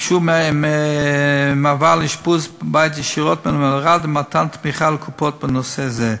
אפשור מעבר לאשפוז בית ישירות מהמלר"ד ומתן תמיכה לקופות בנושא זה.